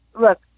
look